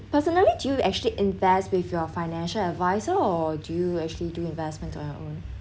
personally do you actually invest with your financial adviser or do you actually do investment on your own